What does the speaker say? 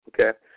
Okay